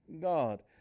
God